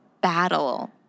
battle